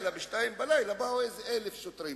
ב-02:00 באו איזה 1,000 שוטרים.